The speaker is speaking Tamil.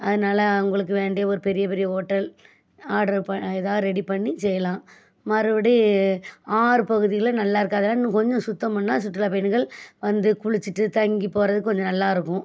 அதனால் அவுங்களுக்கு வேண்டிய ஒரு பெரிய பெரிய ஹோட்டல் ஆர்டர் பா ஏதா ரெடி பண்ணி செய்யலாம் மறுபடி ஆறு பகுதியில் நல்லாயிருக்காது அதனால் இன்னும் கொஞ்சம் சுத்தம் பண்ணா சுற்றுலா பயணிகள் வந்து குளிச்சிட்டு தங்கி போகிறதுக்கு கொஞ்சம் நல்லாயிருக்கும்